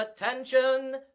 attention